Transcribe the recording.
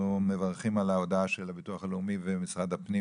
אנחנו מברכים על ההודעה של הביטוח לאומי ומשרד הפנים,